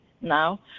now